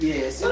Yes